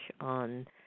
on